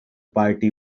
party